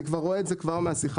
אני מוכן לעזור לך